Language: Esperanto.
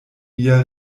via